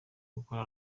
gukora